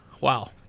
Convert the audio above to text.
wow